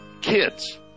kids